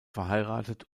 verheiratet